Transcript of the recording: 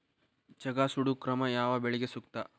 ಜಗಾ ಸುಡು ಕ್ರಮ ಯಾವ ಬೆಳಿಗೆ ಸೂಕ್ತ?